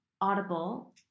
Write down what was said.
Audible